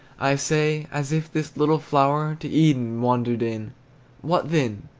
i say, as if this little flower to eden wandered in what then?